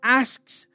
asks